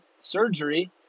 surgery